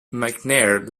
mcnair